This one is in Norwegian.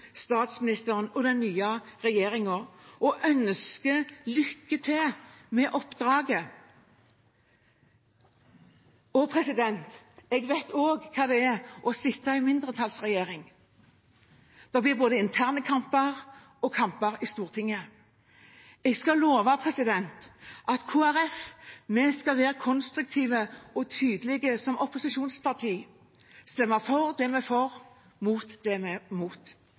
statsministeren og den nye regjeringen og ønsker dem lykke til med oppdraget. Jeg vet også hvordan det er å sitte i en mindretallsregjering. Det blir både interne kamper og kamper i Stortinget. Jeg skal love at Kristelig Folkeparti skal være konstruktiv og tydelig som opposisjonsparti – stemme for det vi er for, og imot det